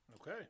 okay